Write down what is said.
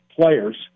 players